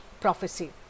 prophecy